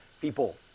people